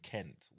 Kent